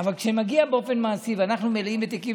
אבל כשזה מגיע לאופן מעשי, ואנחנו מלאים בתיקים.